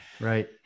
right